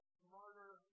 smarter